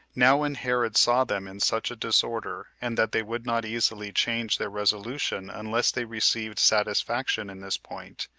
now when herod saw them in such a disorder, and that they would not easily change their resolution unless they received satisfaction in this point,